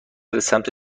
سمت